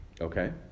Okay